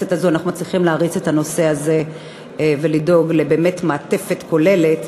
שבכנסת הזאת אנחנו מצליחים להריץ את הנושא הזה ולדאוג למעטפת כוללת.